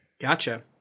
Gotcha